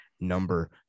number